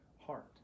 heart